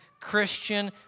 Christian